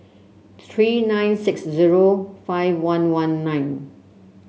three nine six zero five one one nine